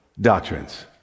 Doctrines